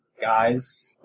guys